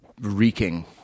reeking